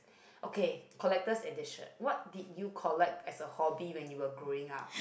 okay collector's edition what did you collect as a hobby when you were growing up